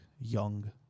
young